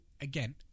again